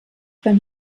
beim